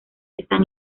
están